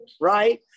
right